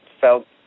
felt